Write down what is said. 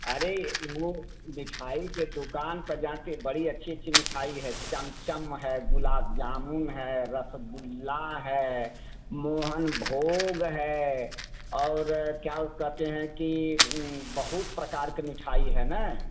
अरे वो मिठाई के दुकान पर जानती हैं बड़ी अच्छी अच्छी मिठाई है चमचम है गुलाब जामुन है रसगुल्ला है मोहन भोग है और क्या ओ कहते हैं कि बहुत प्रकार के मिठाई है न